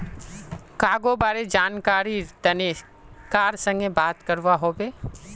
cargo बारे जानकरीर तने कार संगे बात करवा हबे